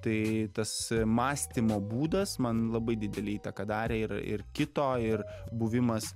tai tas mąstymo būdas man labai didelę įtaką darė ir ir kito ir buvimas